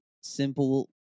simple